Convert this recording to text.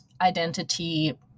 identity